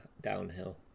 downhill